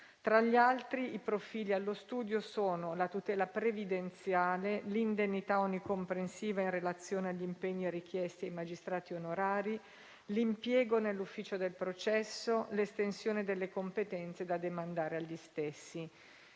Tra gli altri, i profili allo studio sono la tutela previdenziale, l'indennità omnicomprensiva in relazione all'impegno richiesto ai magistrati onorari, l'impiego nell'ufficio del processo, l'estensione delle competenze da demandare agli stessi.